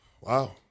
Wow